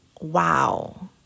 wow